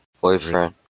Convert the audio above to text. boyfriend